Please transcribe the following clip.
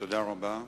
תודה רבה.